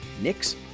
Nick's